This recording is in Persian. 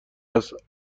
است